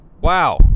Wow